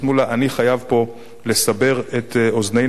אני חייב פה לסבר את אוזנינו כולנו,